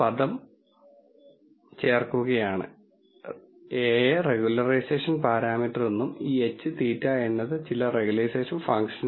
അതിനാൽ നമ്മൾ ഇവിടെ ചെയ്യുന്നത് ഒബ്ജക്റ്റീവിലേക്ക് മറ്റൊരു പദം ചേർക്കുകയാണ് λ യെ റെഗുലറൈസേഷൻ പാരാമീറ്റർ എന്നും ഈ h θ എന്നത് ചില റെഗുലറൈസേഷൻ ഫംഗ്ഷനുമാണ്